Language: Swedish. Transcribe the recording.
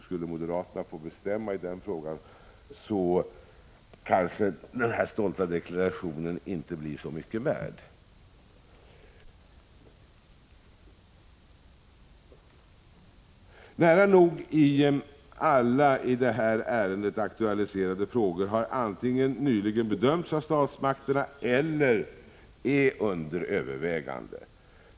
Skulle de få bestämma i frågan, kanske den här stolta deklarationen inte blev så mycket värd. Nära nog alla i det här ärendet aktualiserade frågor har antingen nyligen bedömts av statsmakterna eller är under övervägande.